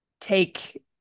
take